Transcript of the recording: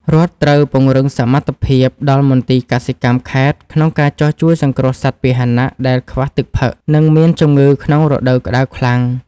រដ្ឋត្រូវពង្រឹងសមត្ថភាពដល់មន្ទីរកសិកម្មខេត្តក្នុងការចុះជួយសង្គ្រោះសត្វពាហនៈដែលខ្វះទឹកផឹក និងមានជំងឺក្នុងរដូវក្តៅខ្លាំង។